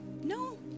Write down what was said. no